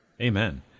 Amen